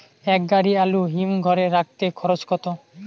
এক গাড়ি আলু হিমঘরে রাখতে খরচ কত?